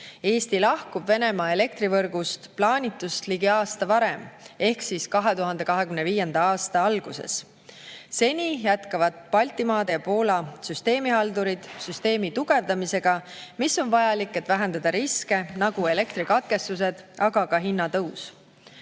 Eesti lahkub Venemaa elektrivõrgust plaanitust ligi aasta varem ehk 2025. aasta alguses. Seni jätkavad Baltimaade ja Poola süsteemihaldurid süsteemi tugevdamist, mis on vajalik, et vähendada riske, nagu elektrikatkestused, aga ka hinnatõus.